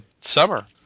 summer